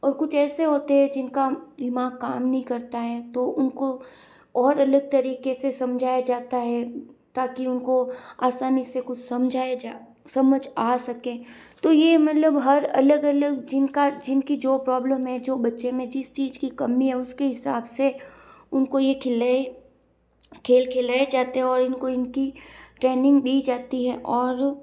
और कुछ ऐसे होते है जिनका दिमाग काम नहीं करता हैं तो उनको और अलग तरीके से समझाया जाता है ताकि उनको आसानी से कुछ समझाया जा समझ आ सके तो ये मतलब हर अलग अलग जिनका जिनकी जो प्रॉब्लम है जो बच्चे में जिस चीज की कमी है उसके हिसाब से उनको ये खिलाए खेल खिलाए जाते हैं और इनको इनकी ट्रेनिंग दी जाती है और